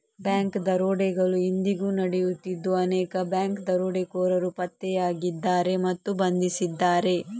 bank ದರೋಡೆಗಳು ಇಂದಿಗೂ ನಡೆಯುತ್ತಿದ್ದು ಅನೇಕ ಬ್ಯಾಂಕ್ ದರೋಡೆಕೋರರು ಪತ್ತೆಯಾಗಿದ್ದಾರೆ ಮತ್ತು ಬಂಧಿಸಿದ್ದಾರೆ